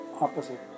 opposite